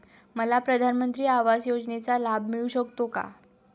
मला प्रधानमंत्री आवास योजनेचा लाभ मिळू शकतो का?